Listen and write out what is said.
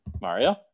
mario